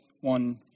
one